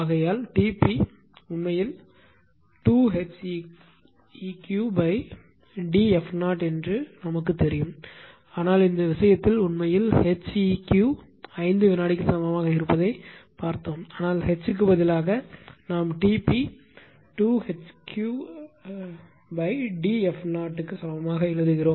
ஆகையால் T p உண்மையில் 2HeqDf0 என்று நமக்குத் தெரியும் ஆனால் இந்த விஷயத்தில் உண்மையில் Heq 5 வினாடிக்கு சமமாக இருப்பதைக் கண்டோம் அதனால் H க்கு பதிலாக நாம் T p 2HeqDf0 சமமாக எழுதுகிறோம்